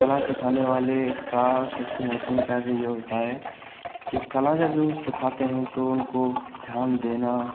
कला सिखाने वाले का सबसे महत्वपूर्ण कार्य यह होता है कि कला को जो सिखाते हैं तो उनको ध्यान देना